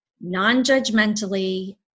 non-judgmentally